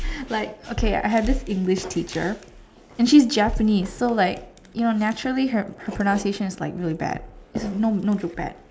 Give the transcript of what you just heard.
like okay I had this English teacher and she's Japanese so like you will naturally have her pronunciation is like really bad is a no no bad